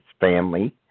family